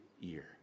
year